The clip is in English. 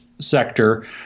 sector